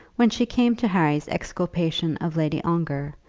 when she came to harry's exculpation of lady ongar,